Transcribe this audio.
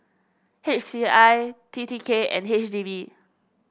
H C I T T K and H D B